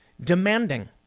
demanding